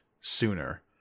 sooner